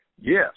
yes